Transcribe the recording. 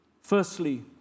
Firstly